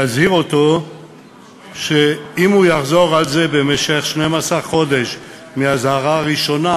להזהיר אותו שאם הוא יחזור על זה במשך 12 חודש מהאזהרה הראשונה